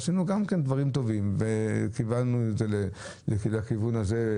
אז עשינו דברים טובים וכיוונו את זה לכיוון הזה.